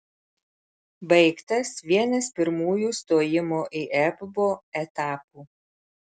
baigtas vienas pirmųjų stojimo į ebpo etapų